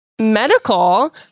medical